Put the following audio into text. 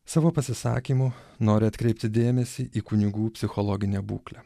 savo pasisakymu noriu atkreipti dėmesį į kunigų psichologinę būklę